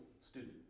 student